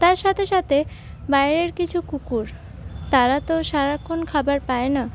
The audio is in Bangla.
তার সাথে সাথে বাইরের কিছু কুকুর তারা তো সারাক্ষণ খাবার পায় না